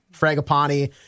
Fragapani